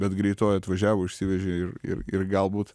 bet greitoji atvažiavo išsivežė ir ir ir galbūt